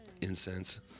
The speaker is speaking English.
incense